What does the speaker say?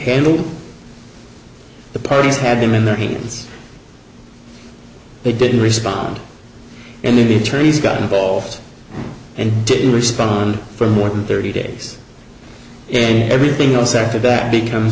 handle the parties had them in their hands they didn't respond and the trees got involved and didn't respond for more than thirty days and everything else after that become